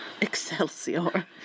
Excelsior